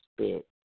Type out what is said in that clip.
spit